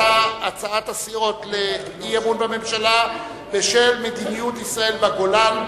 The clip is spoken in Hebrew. הסיעות לאי-אמון בממשלה בשל מדיניות ישראל בגולן,